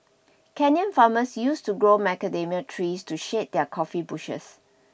Kenyan farmers used to grow macadamia trees to shade their coffee bushes